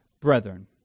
Brethren